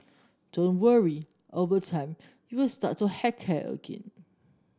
don't worry over time you will start to heck care again